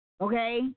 Okay